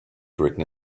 written